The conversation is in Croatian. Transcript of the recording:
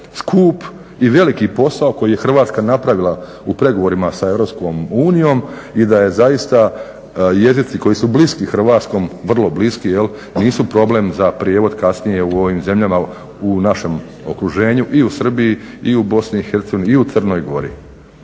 skup i veliki posao koji je Hrvatska napravila u pregovorima sa EU i da je zaista, jezici koji su bliski hrvatskom, vrlo bliski, nisu problem za prijevod kasnije u ovim zemljama u našem okruženju i u Srbiji i u BiH i u Crnoj Gori.